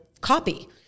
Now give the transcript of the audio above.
copy